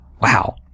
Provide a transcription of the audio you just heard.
Wow